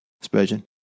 Spurgeon